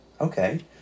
Okay